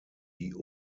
die